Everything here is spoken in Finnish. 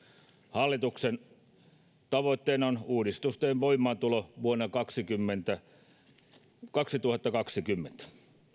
hallituksen tavoitteena on uudistusten voimaantulo vuonna kaksituhattakaksikymmentä